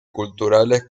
culturales